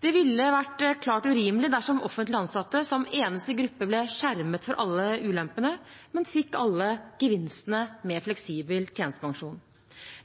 Det ville vært klart urimelig dersom offentlig ansatte, som eneste gruppe, ble skjermet for alle ulempene, men fikk alle gevinstene med fleksibel tjenestepensjon.